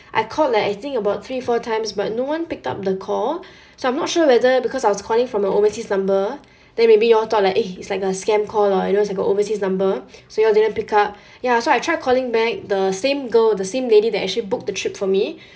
I called like I think about three four times but no one picked up the call so I'm not sure whether because I was calling from a overseas number then maybe you all thought like eh it's like a scam call or you know it's like overseas number so you all didn't pick up ya so I tried calling back the same girl the same lady that actually booked the trip for me